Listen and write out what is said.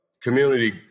community